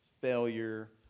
failure